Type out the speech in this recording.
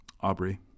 Aubrey